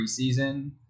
preseason